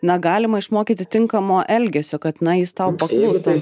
na galima išmokyti tinkamo elgesio kad na jis tau paklustų